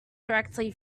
directly